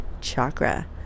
chakra